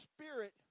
Spirit